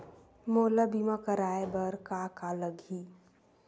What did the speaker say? मोला बीमा कराये बर का का लगही?